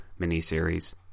miniseries